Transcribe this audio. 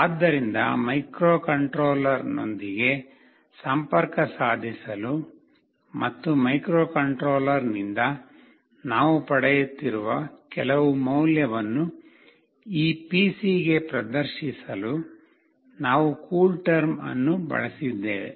ಆದ್ದರಿಂದ ಮೈಕ್ರೊಕಂಟ್ರೋಲರ್ನೊಂದಿಗೆ ಸಂಪರ್ಕ ಸಾಧಿಸಲು ಮತ್ತು ಮೈಕ್ರೊಕಂಟ್ರೋಲರ್ನಿಂದ ನಾವು ಪಡೆಯುತ್ತಿರುವ ಕೆಲವು ಮೌಲ್ಯವನ್ನು ಈ ಪಿಸಿಗೆ ಪ್ರದರ್ಶಿಸಲು ನಾವು ಕೂಲ್ಟೆರ್ಮ್ ಅನ್ನು ಬಳಸಿದ್ದೇವೆ